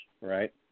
right